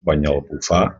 banyalbufar